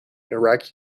iraqi